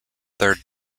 third